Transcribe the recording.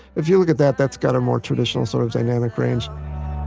if you look at that, that's got a more traditional sort of dynamic range